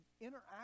interact